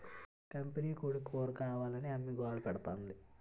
కంపినీకోడీ కూరకావాలని అమ్మి గోలపెడతాంది